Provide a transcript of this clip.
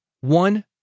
One